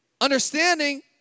understanding